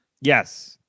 Yes